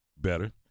Better